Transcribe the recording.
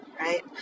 right